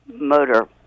motor